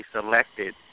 selected